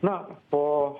na po